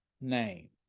name